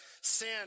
sin